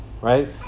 Right